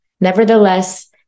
Nevertheless